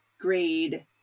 grade